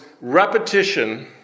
repetition